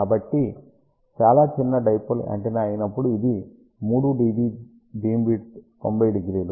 కాబట్టి చాలా చిన్న డైపోల్ యాంటెన్నా అయినప్పుడు ఇది 3 dB బీమ్ విడ్త్ 900